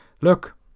look